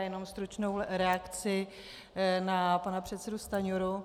Jenom stručnou reakci na pana předsedu Stanjuru.